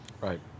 Right